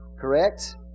correct